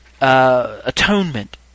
Atonement